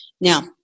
Now